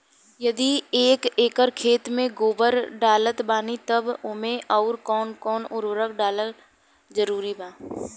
यदि एक एकर खेत मे गोबर डालत बानी तब ओमे आउर् कौन कौन उर्वरक डालल जरूरी बा?